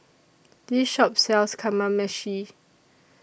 This Shop sells Kamameshi